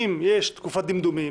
אם יש תקופת דמדומים,